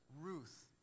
Ruth